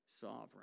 sovereign